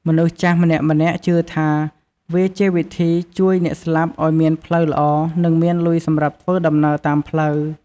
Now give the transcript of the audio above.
មនុស្សចាស់ម្នាក់ៗជឿថា វាជាវិធីជួយអ្នកស្លាប់ឲ្យមានផ្លូវល្អនិងមានលុយសម្រាប់ធ្វើដំណើរតាមផ្លូវ។